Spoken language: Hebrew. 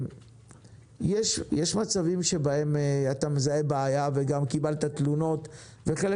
יש מצבים בהם אתה מזהה בעיה וגם קיבלת תלונות וחלק